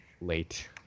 late